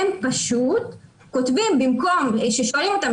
כששואלים אותם,